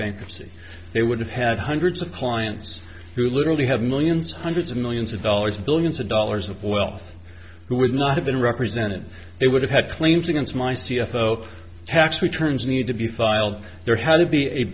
bankruptcy they would have had hundreds of clients who literally have millions hundreds of millions of dollars billions of dollars of wealth who would not have been represented they would have had claims against my c f o tax returns need to be filed there had to be a